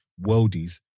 worldies